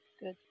good